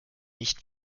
nicht